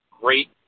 great